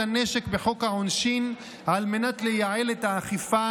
הנשק בחוק העונשין על מנת לייעל את האכיפה,